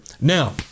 Now